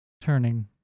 turning